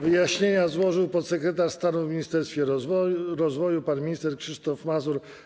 Wyjaśnienia złożył podsekretarz stanu w Ministerstwie Rozwoju pan minister Krzysztof Mazur.